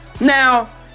now